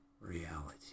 reality